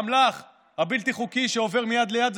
האמל"ח הבלתי-חוקי שעובר מיד ליד,